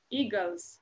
eagles